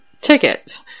tickets